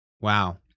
Wow